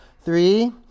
Three